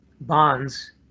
bonds